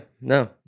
no